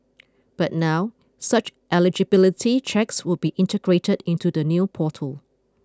but now such eligibility checks would be integrated into the new portal